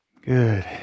Good